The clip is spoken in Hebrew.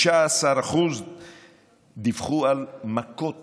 19% דיווחו על מכות